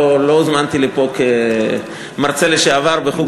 לא הוזמנתי לפה כמרצה לשעבר בחוג